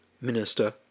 Minister